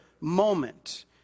moment